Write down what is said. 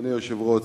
אדוני היושב-ראש,